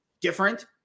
different